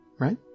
right